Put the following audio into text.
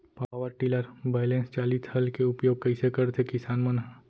Power tiller बैलेंस चालित हल के उपयोग कइसे करथें किसान मन ह?